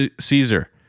Caesar